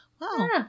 wow